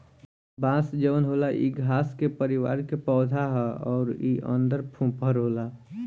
बांस जवन होला इ घास के परिवार के पौधा हा अउर इ अन्दर फोफर होला